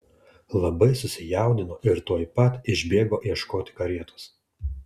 labai susijaudino ir tuoj pat išbėgo ieškoti karietos